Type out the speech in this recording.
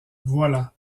voilà